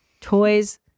Toys